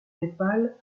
népal